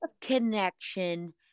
connection